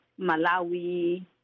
Malawi